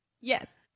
Yes